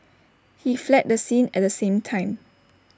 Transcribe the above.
he fled the scene at the same time